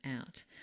out